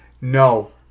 No